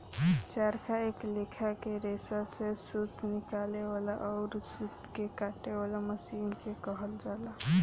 चरखा एक लेखा के रेसा से सूत निकाले वाला अउर सूत के काते वाला मशीन के कहल जाला